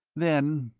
then,